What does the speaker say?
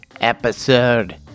episode